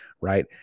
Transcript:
right